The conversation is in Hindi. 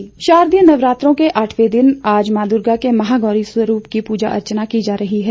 नवरात्र शारदीय नवरात्रों के आठवें दिन आज माँ दुर्गा के महागौरी स्वरूप की पूजा अर्चना की जा रही है